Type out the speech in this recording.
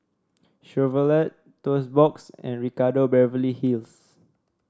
Chevrolet Toast Box and Ricardo Beverly Hills